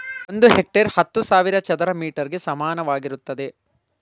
ಒಂದು ಹೆಕ್ಟೇರ್ ಹತ್ತು ಸಾವಿರ ಚದರ ಮೀಟರ್ ಗೆ ಸಮಾನವಾಗಿರುತ್ತದೆ